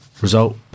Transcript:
result